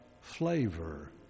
flavor